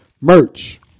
Merch